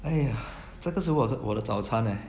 !aiya! 这个是我的我的早餐 eh